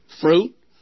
fruit